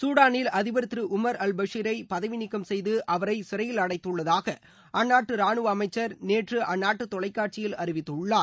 சூடானில் அதிபர் திரு உமர் அல் பஷீரை பதவிநீக்கம் செய்து அவரை சிறையில் அடைத்தள்ளதாக அந்நாட்டு ராணுவ அமைச்சர் திரு அவாட் இப்னோஃப் நேற்று அந்நாட்டு தொலைக்காட்சியில அறிவித்துள்ளார்